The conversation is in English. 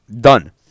done